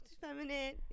feminine